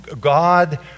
God